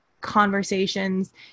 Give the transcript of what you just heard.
conversations